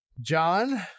John